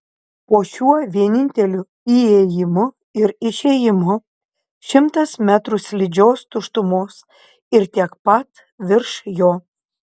po šiuo vieninteliu įėjimu ir išėjimu šimtas metrų slidžios tuštumos ir tiek pat virš jo